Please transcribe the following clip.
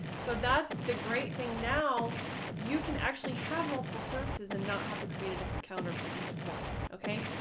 so that's the great thing. now you can actually have multiple services and not have to create a different calendar for each one. ok,